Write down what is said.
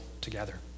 together